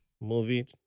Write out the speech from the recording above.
movie